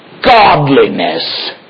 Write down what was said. godliness